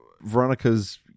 veronica's